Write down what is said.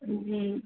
जी